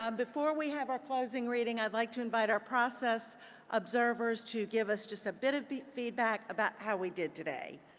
um before we have our closing reading, i'd like to invite our process observers to give us just a bit of feedback about how we did today.